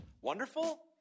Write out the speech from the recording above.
wonderful